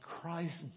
Christ